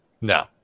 no